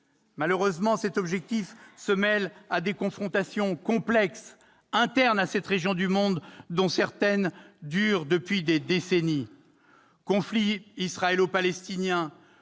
Malheureusement, cet objectif se mêle à des confrontations complexes internes à cette région du monde, dont certaines durent depuis des décennies. Conflit israélo-palestinien,